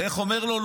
ואיך הוא אומר לו?